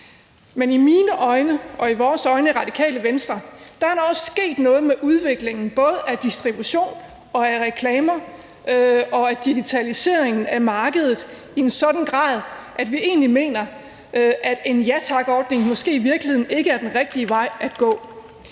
Men i mine øjne og i vores øjne i Radikale Venstre er der sket noget med udviklingen, både af distribution, af reklamer og af digitaliseringen af markedet i en sådan grad, at vi egentlig mener, at en Ja Tak-ordning måske i virkeligheden ikke er den rigtige vej at gå.